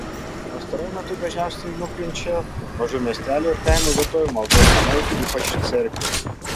pastaruoju metu dažniausia nukenčia mažų miestelių ir kaimo vietovių maldos namai ypač cerkvės